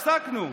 הפסקנו.